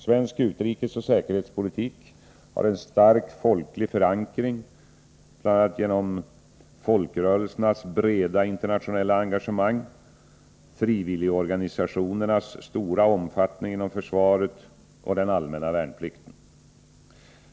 Svensk utrikesoch säkerhetspolitik har en stark folklig förankring genom bl.a. folkrörelsernas breda internationella engagemang, frivilligorganisationernas stora omfattning inom försvaret och den allmänna värnplikten.